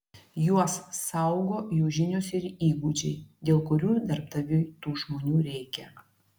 juos saugo jų žinios ir įgūdžiai dėl kurių darbdaviui tų žmonių reikia